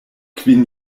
kvin